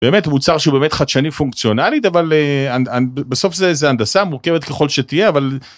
באמת מוצר שהוא באמת חדשני פונקציונלית אבל בסוף זה זה הנדסה מורכבת ככל שתהיה אבל.